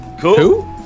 cool